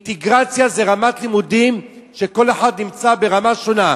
אינטגרציה זו רמת לימודים שכל אחד נמצא ברמה שונה.